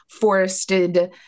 forested